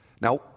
Now